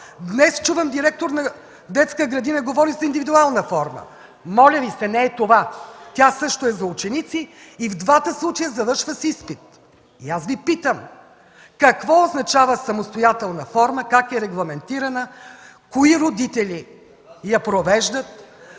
Днес чувам директор на детска градина да говори за индивидуална форма. Моля Ви, не е това! Тя също е за ученици и в двата случая завършва с изпит. Аз Ви питам: какво означава самостоятелна форма, как е регламентирана, кои родители я провеждат